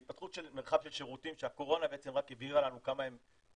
להתפתחות מרחב של שירותים שהקורונה בעצם רק הבהירה לנו כמה הם אקוטיים,